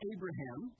Abraham